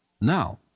Now